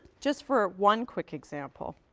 just for one quick example.